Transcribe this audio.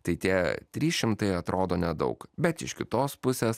tai tie trys šimtai atrodo nedaug bet iš kitos pusės